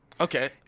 Okay